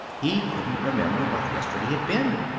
he couldn't remember what yesterday had been.